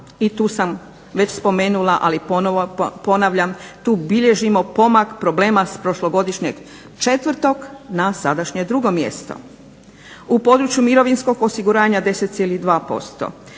i tu sam već spomenula, ali ponovno ponavljam, tu bilježimo pomak problema s prošlogodišnjeg 4. na sadašnje 2. mjesto, u području mirovinskog osiguranja 10,2%,